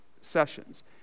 sessions